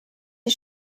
sie